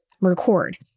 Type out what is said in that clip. record